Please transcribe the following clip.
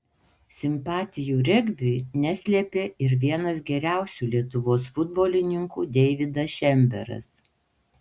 simpatijų regbiui neslėpė ir vienas geriausių lietuvos futbolininkų deividas šemberas